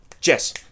Jess